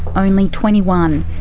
only twenty one,